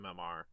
MMR